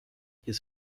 his